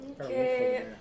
Okay